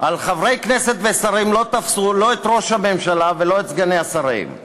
על חברי הכנסת ושרים לא תפסו לגבי ראש הממשלה וסגני השרים.